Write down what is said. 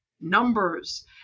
numbers